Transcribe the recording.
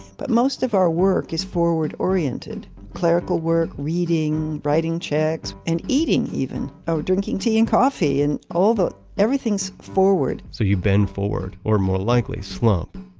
but most of our work is forward-oriented clerical work, reading, writing checks, and eating even. oh, drinking tea and coffee and all that. everything's forward so you bend forward or more likely slump.